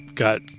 got